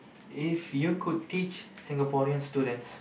if you could teach Singaporean students